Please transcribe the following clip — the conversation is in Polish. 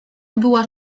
była